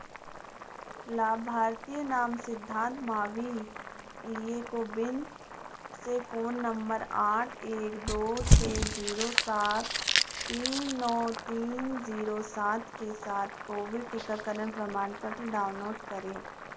लाभार्थी नाम सिद्धांत मावी इन्हें कोविन से फोन नम्मर आठ एक दो छः जीरो सात तीन नौ तीन जीरो सात के साथ कोविड टीकाकरण प्रमाणपत्र डाउनलोड करें